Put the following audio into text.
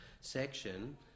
section